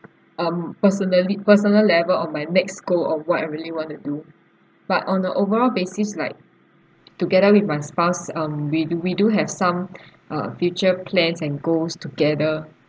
um personally personal level on my next goal on what I really want to do but on a overall basis like together with my spouse um we do we do have some uh future plans and goals together